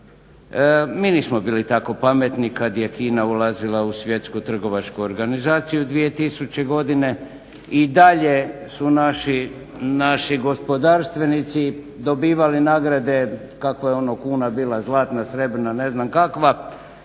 Mi nismo bili tako pametni kad je Kina ulazila u svjetsku trgovačku organizaciju 2000. godine, i dalje su naši gospodarstvenici dobivali nagrade kakva je ono kuna bila, zlatna, srebrna ne znam kakva,